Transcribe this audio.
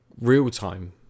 real-time